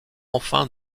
enfin